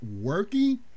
working